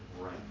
right